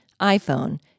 iPhone